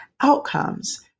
outcomes